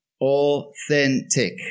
authentic